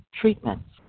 treatments